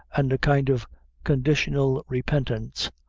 and a kind of conditional repentance,